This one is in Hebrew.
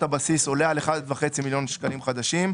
הבסיס עולה על 1.5 מיליון שקלים חדשים,